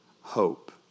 hope